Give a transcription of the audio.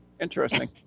Interesting